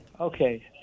Okay